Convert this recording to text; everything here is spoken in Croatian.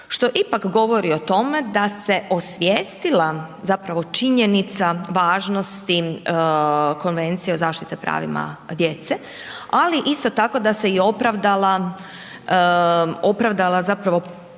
što ipak govori o tome, da se osjetila zapravo činjenica važnosti Konvencije o zaštite pravima djece, ali isto tako da se i opravdala zapravo,